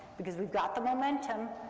because we've got the momentum,